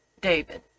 David